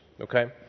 Okay